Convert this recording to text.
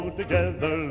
together